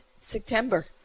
September